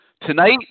Tonight